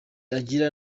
agira